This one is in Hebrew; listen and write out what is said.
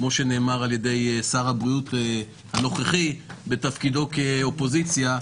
כמו שנאמר על ידי שר הבריאות הנוכחי בתפקידו כאופוזיציה,